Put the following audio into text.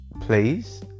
Please